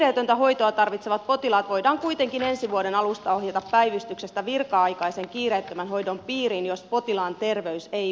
kiireetöntä hoitoa tarvitsevat potilaat voidaan kuitenkin ensi vuoden alusta ohjata päivystyksestä virka aikaisen kiireettömän hoidon piiriin jos potilaan terveys ei vaarannu